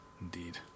Indeed